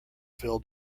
phil